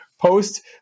post